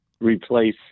replace